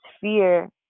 fear